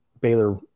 Baylor